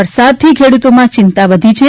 વરસાદથી ખેડૂતોમાં ચિંતા વધી છે